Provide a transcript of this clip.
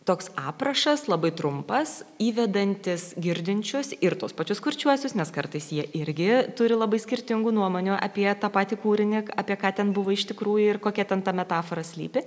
toks aprašas labai trumpas įvedantis girdinčius ir tuos pačius kurčiuosius nes kartais jie irgi turi labai skirtingų nuomonių apie tą patį kūrinį apie ką ten buvo iš tikrųjų ir kokia ten ta metafora slypi